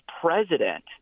president